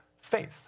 faith